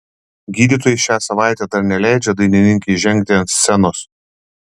gydytojai šią savaitę dar neleidžia dainininkei žengti ant scenos